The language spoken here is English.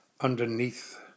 underneath